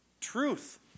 truth